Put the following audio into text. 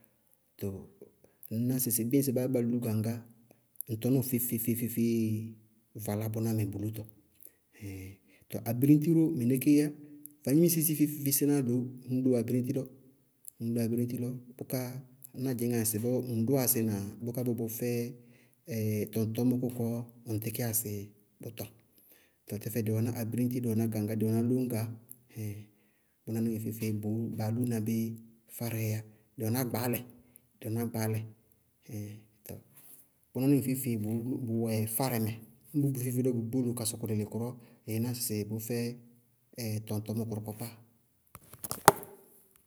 Too ŋñná sɩsɩ bíɩ baá gɛ bá lú gaŋá, ŋ tɔnɔɔ feé-feée valá bʋná mɛ bʋ lútɔ ŋ, tɔɔ abiriñti ró mɩnɛ kéé yá. Vagnimisé sɩ feé-feé síná loó ñ dú abiriñti lɔ, ñ dú abiriñti lɔ, bʋká ná dzɩñŋá ŋsɩbɔɔ ŋŋ dʋwá sí na bʋká bʋ bʋʋ fɛ tɔŋtɔñmɔ kʋkɔɔ ŋŋ tíkíyá sɩ tɔŋ. Tɔɔ tɛfɛ dɩ wɛná gaŋgá, dɩ wɛná abiriñti, dɩ wɛná lóñgaá. Bʋná nɩŋɛ feé-feé baá lúna bí fárɛɛyá, dɩ wɛná gbaálɛ, dɩ wɛná gbaálɛ, hɩɩɩŋ tɔɔ bʋná nɩŋɛ feé-feé bʋwɛ fárɛ mɛ,ñ bʋ feé-feé lɔ bʋ gboló ka sɔkɔ lelekʋrɔ, ɩí ná sɩ bʋʋ fɛ tɔŋtɔñmɔ kʋrʋkpákpá.